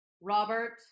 robert